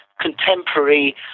contemporary